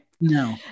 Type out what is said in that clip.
No